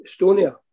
Estonia